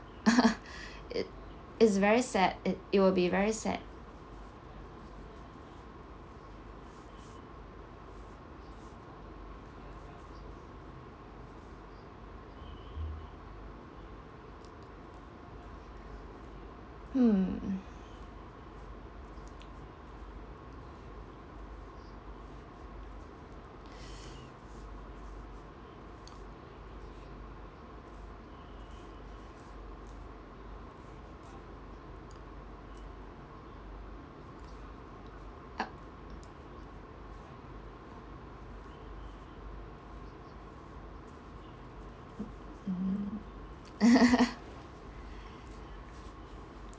it it's very sad it it will be very sad mmhmm uh mm